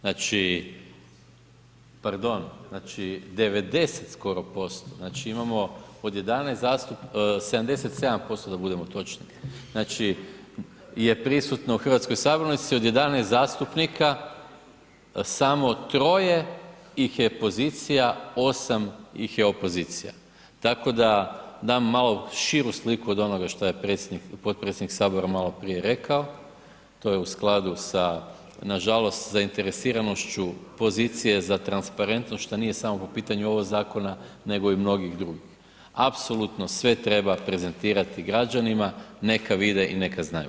Znači, pardon, znači, 90 skoro %, znači imamo od 11 zastupnika, 77% da budemo točni, znači je prisutno u hrvatskoj sabornici, od 11 zastupnica samo troje ih je pozicija, 8 ih je opozicija, tako da dam malo širu sliku od onoga šta je potpredsjednik HS maloprije rekao, to je u skladu sa, nažalost, zainteresiranošću pozicije za transparentnost, šta nije samo po pitanju ovog zakona, nego i mnogih drugih, apsolutno sve treba prezentirati građanima, neka vide i neka znaju.